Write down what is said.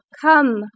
come